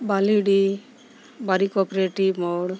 ᱵᱟᱹᱞᱤᱰᱤ ᱵᱟᱨᱤᱠᱚᱨᱤᱴᱤᱵ ᱢᱳᱲ